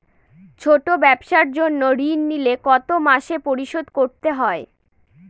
ছোট ব্যবসার জন্য ঋণ নিলে কত মাসে পরিশোধ করতে হয়?